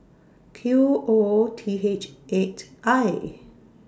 Q O T H eight I